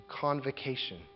convocation